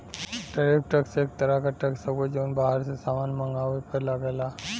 tariff tax एक तरह क टैक्स हउवे जौन बाहर से सामान मंगवले पर लगला